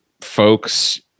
folks